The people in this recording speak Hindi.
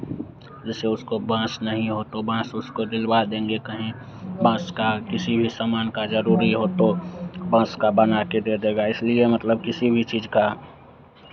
जैसे उसको बांस नहीं हो तो बांस उसको दिलवा देंगे कहीं बांस का किसी भी सामान का ज़रूरी हो तो बांस का बना के दे देगा इसलिए मतलब किसी भी चीज़ का